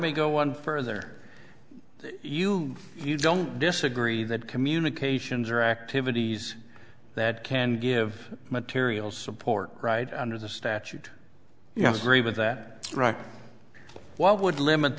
me go one further you if you don't disagree that communications are activities that can give material support right under the statute yes agree with that right why would limit